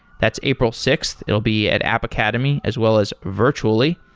that's april sixth. it will be at app academy as well as virtually.